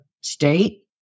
state